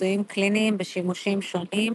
ניסויים קליניים בשימושים שונים.